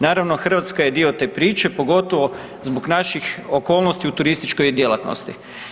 Naravno, Hrvatska je dio te priče, pogotovo zbog naših okolnosti u turističkoj djelatnosti.